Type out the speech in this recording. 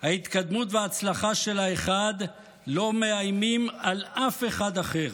ההתקדמות וההצלחה של האחד לא מאיימים על אף אחד אחר,